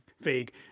vague